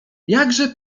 jakże